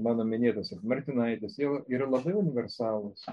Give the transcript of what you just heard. mano minėtas martinaitis jie yra yra labai universalūs